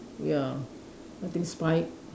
ya I think spy